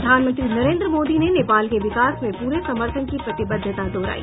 प्रधानमंत्री नरेन्द्र मोदी ने नेपाल के विकास में पूरे समर्थन की प्रतिबद्धता दोहराई